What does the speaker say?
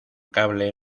cable